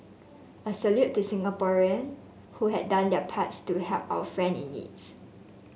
a salute to Singaporean who had done their parts to help our friend in needs